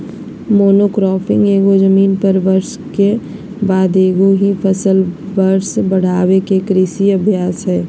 monocropping एगो जमीन पर वर्ष के बाद एगो ही फसल वर्ष बढ़ाबे के कृषि अभ्यास हइ